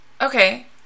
Okay